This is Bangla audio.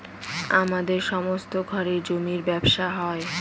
আমাদের সমস্ত ঘরে জমির ব্যবসা হয়